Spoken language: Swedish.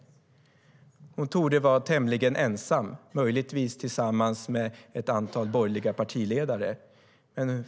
Hon torde vara tämligen ensam om det, möjligtvis tillsammans med ett antal borgerliga partiledare.